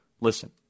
Listen